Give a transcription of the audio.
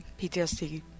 PTSD